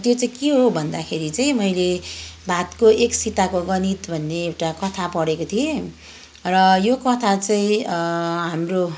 त्यो चाहिँ के हो भन्दाखेरि चाहिँ मैले भातको एक सिताको गणित भन्ने एउटा कथा पढेको थिएँ र यो कथा चाहिँ हाम्रो